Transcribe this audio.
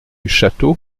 chateau